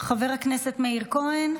חבר הכנסת מאיר כהן,